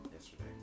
yesterday